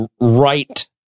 right